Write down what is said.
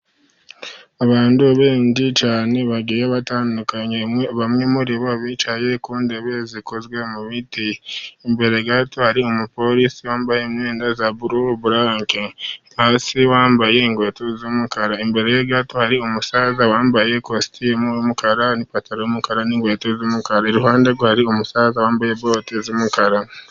Abantu benshi cyane bagiye batandukanye, bamwe muri bo bicaye ku ntebe zikozwe mu biti, imbere gato hari umuporisi wambaye imyenda za buru buraka hasi wambaye inkweto z'umukara, imbere gato hari umusaza wambaye ikositimu y'umukara n'ipantaro y'umukara, n'inkweto z'umukara iruhande rwe hari umusaza wambaye bote z'umukaramo.